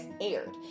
aired